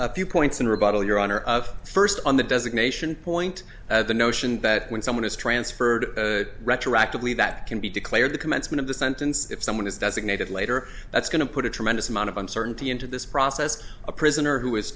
a few points in rebuttal your honor of first on the designation point the notion that when someone is transferred retroactively that can be declared the commencement of the sentence if someone is designated later that's going to put a tremendous amount of uncertainty into this process a prisoner who